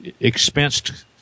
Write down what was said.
expensed